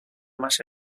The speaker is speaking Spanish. más